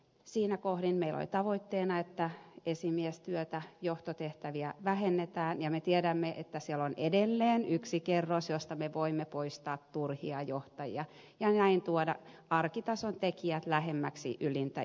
siinä kohdin meillä oli tavoitteena että esimiestyötä johtotehtäviä vähennetään ja me tiedämme että siellä on edelleen yksi kerros josta me voimme poistaa turhia johtajia ja näin tuoda arkitason tekijät lähemmäksi ylintä johtoa